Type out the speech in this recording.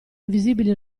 invisibili